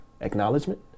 acknowledgement